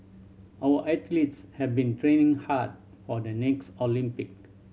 our athletes have been training hard for the next Olympic